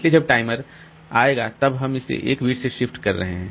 इसलिए जब टाइमर आएगा तब हम इसे 1 बिट से शिफ्ट कर रहे हैं